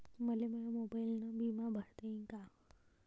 मले माया मोबाईलनं बिमा भरता येईन का?